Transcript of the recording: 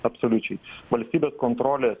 absoliučiai valstybės kontrolės